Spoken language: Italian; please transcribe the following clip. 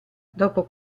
dopo